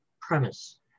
premise